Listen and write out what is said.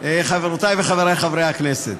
חברותי וחברי חברי הכנסת,